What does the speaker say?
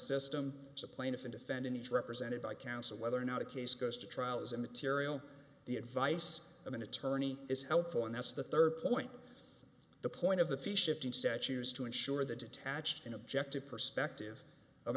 system as a plaintiff and defendant is represented by counsel whether or not a case goes to trial is immaterial the advice of an attorney is helpful and that's the third point the point of the fee shifting statues to ensure the detached in objective perspective of